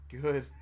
Good